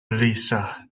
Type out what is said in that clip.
lisa